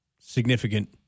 significant